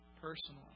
personally